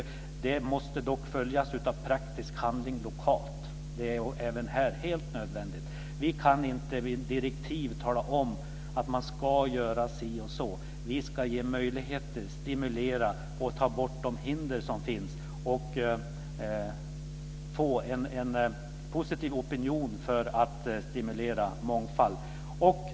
De måste dock följas av praktisk handling lokalt. Det är helt nödvändigt. Vi kan inte genom direktiv tala om att man ska göra si eller så. Vi ska ge möjligheter och ta bort de hinder som finns för att skapa en positiv opinion för att stimulera mångfald.